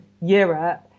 Europe